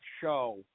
show